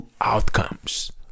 outcomes